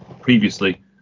previously